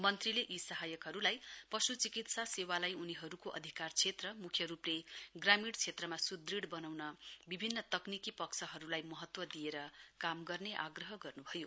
मन्त्रीले यी सहायकहरूलाई पश्चिकित्सा सेवालाई उनीहरूको अधिकार क्षेत्र मुख्य रूपले ग्रामीण क्षेत्रमा सुदृढ बनाउनका विभिन्न तकनिकी पक्षहरूलाई महत्व दिएर काम गर्ने आग्रह गर्न्भयो